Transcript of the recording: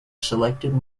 selected